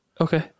okay